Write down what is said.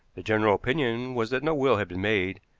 the general opinion was that no will had been made,